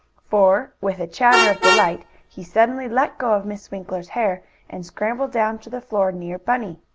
for, with a chatter of delight, he suddenly let go of miss winkler's hair and scrambled down to the floor near bunny.